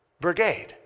brigade